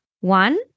One